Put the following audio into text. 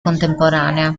contemporanea